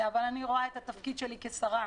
אבל אני רואה את התפקיד שלי כשרה